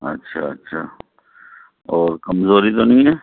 اچھا اچھا اور کمزوری تو نہیں ہے